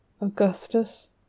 Augustus